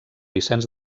vicenç